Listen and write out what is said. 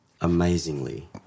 Amazingly